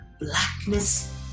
blackness